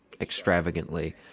extravagantly